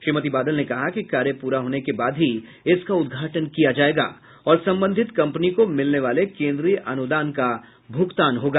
श्रीमती बादल ने कहा कि कार्य प्ररा होने के बाद ही इसका उद्घाटन किया जायेगा और संबंधित कंपनी को मिलने वाले केन्द्रीय अनुदान का भूगतान होगा